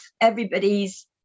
everybody's